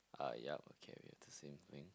uh yup okay we have the same thing